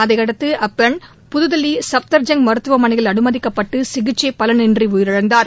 அதையடுத்து அப்பெண் புதுதில்லி சுப்தர்ஜங் மருத்துவமனையில் அனுமதிக்கப்பட்டு சிகிச்சை பலனின்றி உயிரிழந்தார்